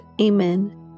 Amen